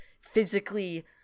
physically